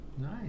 Nice